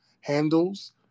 handles